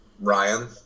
Ryan